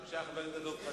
בבקשה, חבר הכנסת דב חנין.